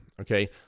Okay